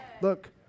Look